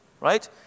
right